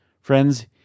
Friends